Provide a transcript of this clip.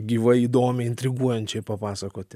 gyvai įdomiai intriguojančiai papasakoti